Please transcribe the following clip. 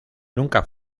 nunca